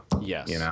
Yes